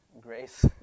Grace